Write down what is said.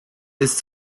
this